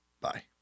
Bye